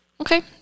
Okay